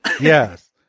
Yes